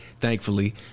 thankfully